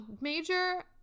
major